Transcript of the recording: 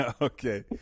Okay